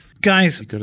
Guys